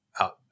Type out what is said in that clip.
out